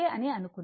అని అనుకుందాం